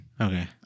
Okay